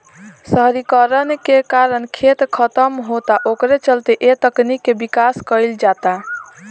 शहरीकरण के कारण खेत खतम होता ओकरे चलते ए तकनीक के विकास कईल जाता